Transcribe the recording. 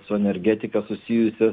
su energetika susijusias